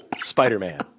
Spider-Man